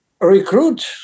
recruit